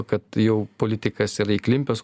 kad jau politikas yra įklimpęs